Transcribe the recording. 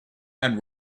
and